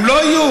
הם לא יהיו.